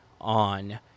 on